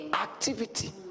activity